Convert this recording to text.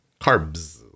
carbs